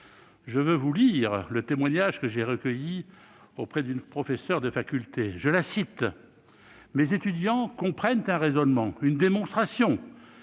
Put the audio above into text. Je veux vous lire le témoignage que j'ai recueilli auprès d'une professeure de faculté :« Mes étudiants comprennent un raisonnement, une démonstration,